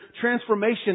transformation